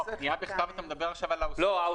פנייה בכתב, אתה מדבר עכשיו על העוסק.